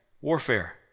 warfare